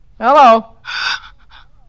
hello